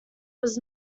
was